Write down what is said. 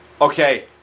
okay